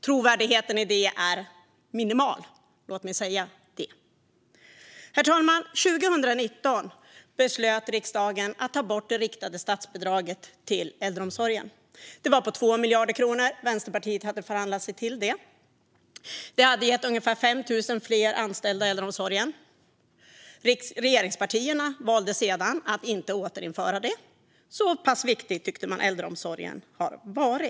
Trovärdigheten i det är minimal; låt mig säga det. Herr talman! År 2019 beslöt riksdagen att ta bort det riktade statsbidraget till äldreomsorgen. Det var på 2 miljarder kronor. Vänsterpartiet hade förhandlat sig till det. Det hade gett ungefär 5 000 fler anställda i äldreomsorgen. Regeringspartierna valde sedan att inte återinföra det. Så pass viktig tyckte man att äldreomsorgen har varit.